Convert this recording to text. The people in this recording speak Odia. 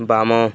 ବାମ